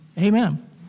Amen